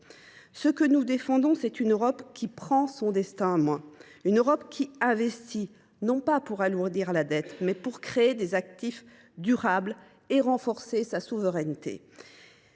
Ce que nous défendons, c’est une Europe qui prend son destin en main, une Europe qui investit, non pas pour alourdir sa dette, mais pour créer des actifs durables et renforcer sa souveraineté.